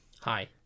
Hi